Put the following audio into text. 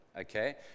Okay